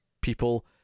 people